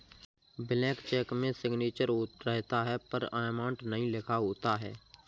blank cheque में signature रहता है पर अमाउंट नहीं लिखा होता है